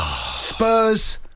Spurs